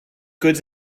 goods